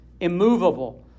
immovable